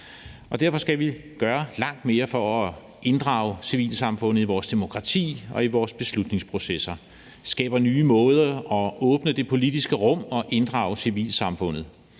Derfor skal vi gøre langt mere for at inddrage civilsamfundet i vores demokrati og i vores beslutningsprocesser – skabe nye måder at åbne det politiske rum og inddrage civilsamfundet